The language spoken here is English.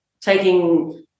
taking